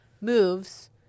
moves